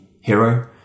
hero